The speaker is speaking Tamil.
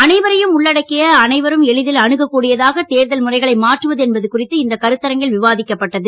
அனைவரையும் உள்ளடக்கிய அனைவரும் எளிதில் அணுக கூடியதாக தேர்தல் முறைகளை மாற்றுவது என்பது குறித்து இந்த கருத்தரங்கில் விவாதிக்கப்பட்டது